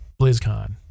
BlizzCon